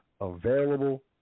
available